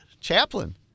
chaplain